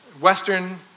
Western